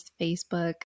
Facebook